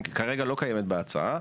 כרגע היא לא קיימת בהצעה.